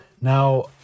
Now